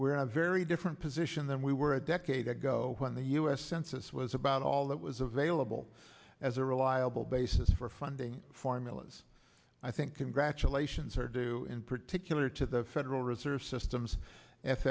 i'm very different position than we were a decade ago when the us census was about all that was available as a reliable basis for funding formulas i think congratulations are due in particular to the federal reserve systems